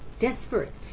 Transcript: desperate